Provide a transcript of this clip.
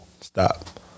Stop